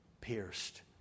pierced